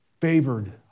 favored